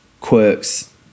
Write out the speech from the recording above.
quirks